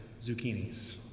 zucchinis